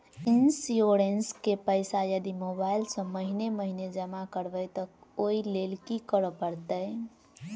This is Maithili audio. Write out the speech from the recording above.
इंश्योरेंस केँ पैसा यदि मोबाइल सँ महीने महीने जमा करबैई तऽ ओई लैल की करऽ परतै?